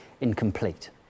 incomplete